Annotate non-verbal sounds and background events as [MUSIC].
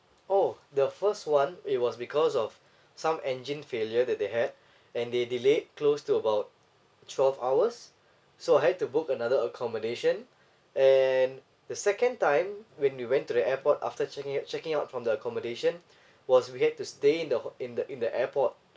oh the first one it was because of some engine failure that they had and they delayed close to about twelve hours so I had to book another accommodation and the second time when we went to the airport after checking out checking out from the accommodation [BREATH] was we had to stay in the ho~ in the in the airport